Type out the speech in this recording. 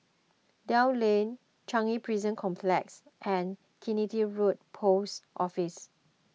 Dell Lane Changi Prison Complex and Killiney Road Post Office